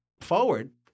forward